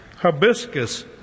hibiscus